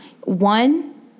one